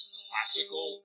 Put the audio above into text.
classical